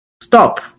stop